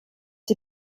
die